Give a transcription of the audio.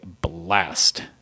blast